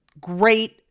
great